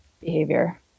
behavior